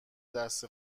دست